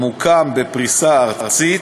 המוקם בפריסה ארצית